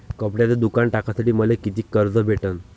कपड्याचं दुकान टाकासाठी मले कितीक कर्ज भेटन?